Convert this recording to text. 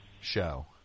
show